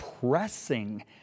pressing